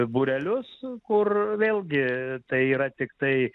būrelius kur vėlgi tai yra tiktai